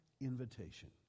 invitation